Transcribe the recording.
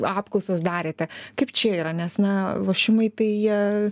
apklausas darėte kaip čia yra nes na lošimai tai jie